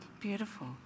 Beautiful